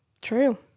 true